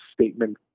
statement